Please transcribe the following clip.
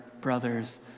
brothers